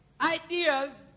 ideas